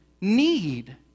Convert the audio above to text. need